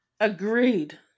Agreed